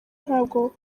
ntabwo